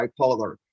bipolar